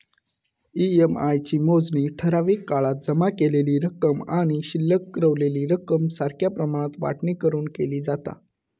EMI ची मोजणी ठराविक काळात जमा केलेली रक्कम आणि शिल्लक रवलेली रक्कम सारख्या प्रमाणात वाटणी करून केली जाता